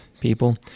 people